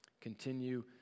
continue